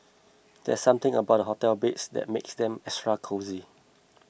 there's something about hotel beds that makes them extra cosy